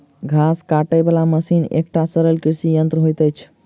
घास काटय बला मशीन एकटा सरल कृषि यंत्र होइत अछि